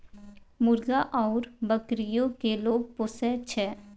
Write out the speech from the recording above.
मुर्गा आउर बकरीयो केँ लोग पोसय छै